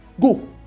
go